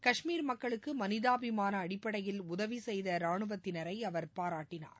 காஷ்மீர் மக்களுக்கு மனிதாபிமான அடிப்படையில் உதவி செய்த ரானுவத்தினரை அவர் பாராட்டினார்